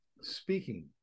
speaking